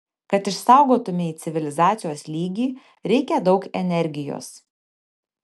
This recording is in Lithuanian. kad išsaugotumei civilizacijos lygį reikia daug energijos